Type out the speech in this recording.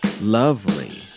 lovely